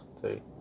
three